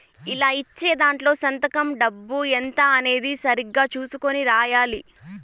ఇలా ఇచ్చే దాంట్లో సంతకం డబ్బు ఎంత అనేది సరిగ్గా చుసుకొని రాయాలి